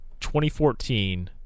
2014